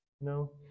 No